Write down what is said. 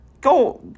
go